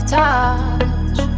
touch